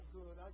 good